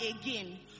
again